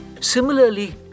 Similarly